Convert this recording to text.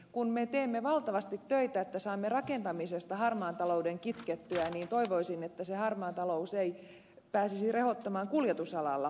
kun me teemme valtavasti töitä että saamme rakentamisesta harmaan talouden kitkettyä niin toivoisin että se harmaa talous ei pääsisi rehottamaan kuljetusalalla